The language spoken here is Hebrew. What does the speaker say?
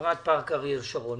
חברת פארק אריאל שרון?